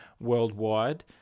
worldwide